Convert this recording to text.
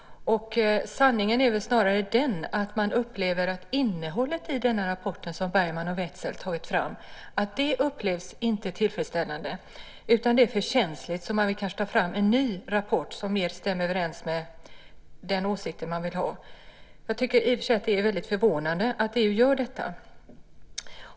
Sanningen är väl snarare den att innehållet i den rapport som Bergmann och Wetzel tagit fram inte upplevs tillfredsställande. Det är för känsligt, så man vill kanske ta fram en ny rapport som mer stämmer överens med den åsikt man vill ha. Jag tycker att det är väldigt förvånande att EU gör detta.